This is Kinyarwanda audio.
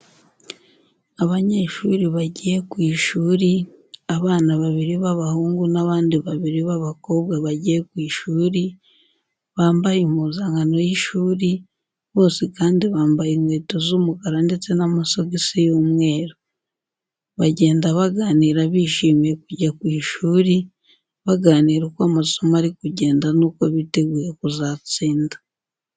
Abanyeshuri bagiye ku ishuri, abana babiri b'abahungu n'abandi babiri b'abakobwa bagiye ku ishuri, bambaye impuzankano y'ishuri, bose kandi bambaye inkweto z'umukara ndetse n'amasogisi y'umweru. Bagenda baganira bishimiye kujya ku ishuri, baganira uko amasomo ari kugenda nuko biteguye kuzatsinda.